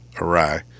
awry